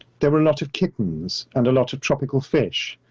there were a lot of kittens, and a lot of tropical fish.